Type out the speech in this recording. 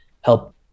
help